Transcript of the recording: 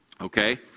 Okay